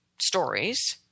stories